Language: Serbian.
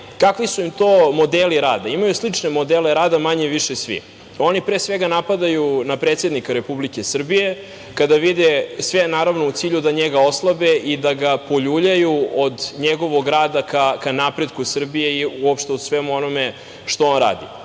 kakvi su im to modeli rada. Imaju slične modele rada manje više svi. Oni pre svega napadaju predsednika Republike Srbije, a sve naravno u cilju da njega oslabe i da ga poljuljaju od njegovog rada ka napretku Srbije i uopšte u svemu onome što on radi.